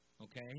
okay